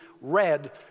read